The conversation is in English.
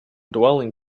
dwelling